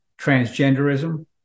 transgenderism